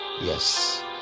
yes